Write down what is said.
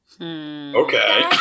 okay